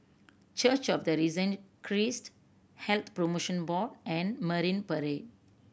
Church of the Risen Christ Health Promotion Board and Marine Parade